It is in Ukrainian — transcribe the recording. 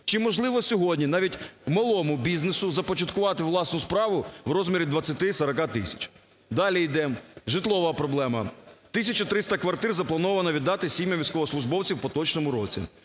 Чи можливо сьогодні навіть малому бізнесу започаткувати власну справу в розмірі 20-40 тисяч? Далі йдемо, житлова проблема. 1300 квартир заплановано віддати сім'ям військовослужбовців в поточному році,